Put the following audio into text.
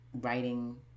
writing